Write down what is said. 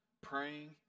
praying